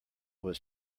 was